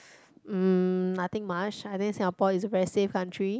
mm nothing much I think Singapore is a very safe country